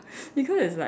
because it's like